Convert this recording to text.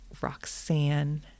Roxanne